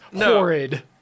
horrid